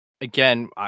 again